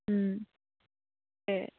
তাকে